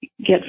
Get